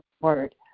word